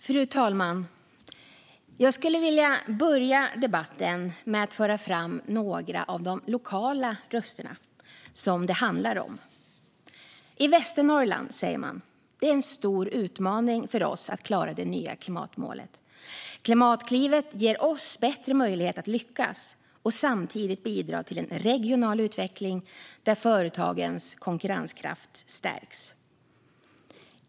Fru talman! Jag skulle vilja börja med att föra fram några av de lokala röster som det handlar om. I Västernorrland säger man: Det är en stor utmaning för oss att klara det nya klimatmålet. Klimatklivet ger oss bättre möjligheter att lyckas och att samtidigt bidra till en regional utveckling där företagens konkurrenskraft stärks.